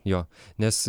jo nes